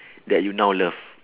that you now love